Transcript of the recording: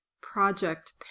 project